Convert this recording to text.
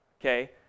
Okay